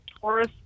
Taurus